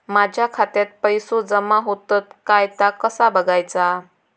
माझ्या खात्यात पैसो जमा होतत काय ता कसा बगायचा?